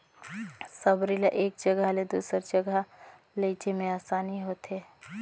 सबरी ल एक जगहा ले दूसर जगहा लेइजे मे असानी होथे